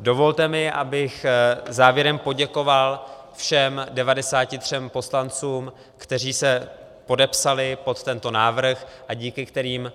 Dovolte mi, abych závěrem poděkoval všem 93 poslancům, kteří se podepsali pod tento návrh a díky kterým